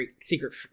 Secret